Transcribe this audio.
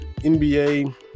NBA